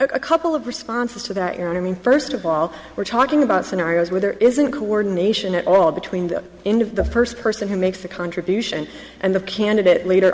a couple of responses to the error mean first of all we're talking about scenarios where there isn't coordination at all between the end of the first person who makes the contribution and the candidate later